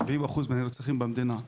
שבעים אחוז מהנרצחים במדינה.